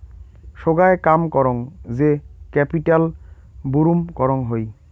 সোগায় কাম করং যে ক্যাপিটাল বুরুম করং হই